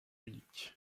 munich